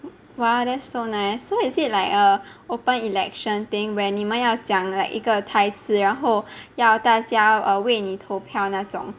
!wah! that's so nice so is it like err open election thing where 你们要讲 like 一个台词然后要大家 err 为你投票那种